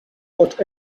what